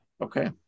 Okay